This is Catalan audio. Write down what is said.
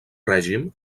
règim